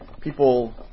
People